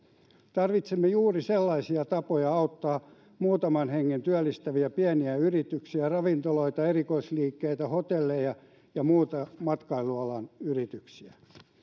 tarvitsemme juuri sellaisia tapoja auttaa muutaman hengen työllistäviä pieniä yrityksiä ravintoloita erikoisliikkeitä hotelleja ja muita matkailualan yrityksiä